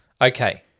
Okay